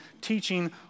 teaching